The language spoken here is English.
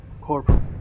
Corporal